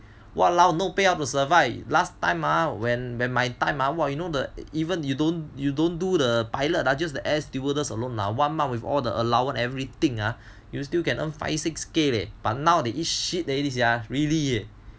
!walao! no pay up to survive last time ah when when my time ah you know the even you don't you don't do the pilot the air stewardess alone ah one month with all the allowance everything ah you still can earn five six k leh now they eat shit already sia really